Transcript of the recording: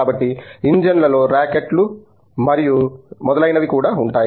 కాబట్టి ఇంజన్లలో రాకెట్లు మరియు మొదలైనవి కూడా ఉంటాయి